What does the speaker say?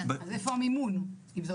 אז איפה המימון אם זה אותו תקציב?